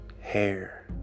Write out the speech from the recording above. hair